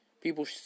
people